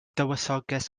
dywysoges